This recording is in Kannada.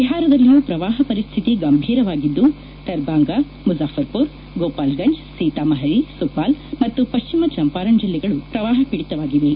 ಬಿಹಾರದಲ್ಲಿಯೂ ಪ್ರವಾಹ ಪರಿಸ್ಥಿತಿ ಗಂಭೀರವಾಗಿದ್ದು ದರ್ಭಾಂಗ ಮುಜಾಫರ್ಪುರ್ ಗೋಪಾಲ್ಗಂಜ್ ಸೀತಾಮಹರಿ ಸುಪಾಲ್ ಮತ್ತು ಪಶ್ಚಿಮ ಚಂಪಾರಣ್ ಜಿಲ್ಲೆಗಳು ಪ್ರವಾಹ ಪ್ರವಾಹಿವೆ